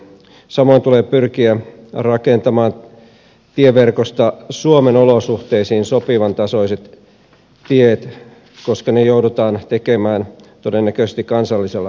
samoin tulee pyrkiä rakentamaan tieverkosta suomen olosuhteisiin sopivan tasoiset tiet koska ne joudutaan tekemään todennäköisesti kansallisella rahoituksella